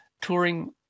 touring